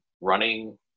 running